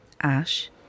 Ash